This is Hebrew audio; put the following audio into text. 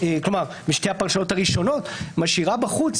בשתי הפרשנויות הראשונות היא משאירה בחוץ